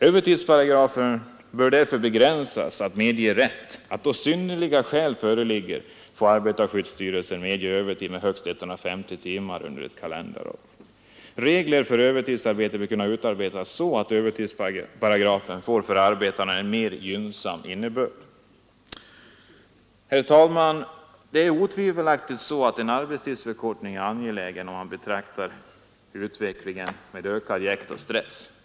Övertidsparagrafen bör därför begränsas att medge rätt att ”då synnerliga skäl föreligger” arbetarskyddsstyrelsen får medge övertid med högst 150 timmar under ett kalenderår. Regler för övertidsarbete bör kunna utarbetas så att övertidsparagrafen får en för arbetarna mer gynnsam innebörd. Herr talman! Det är otvivelaktigt så att en arbetstidsförkortning är angelägen om man beaktar utvecklingen med ökad jäkt och stress.